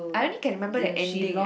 I only can remember the ending eh